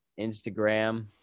Instagram